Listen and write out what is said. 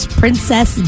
princess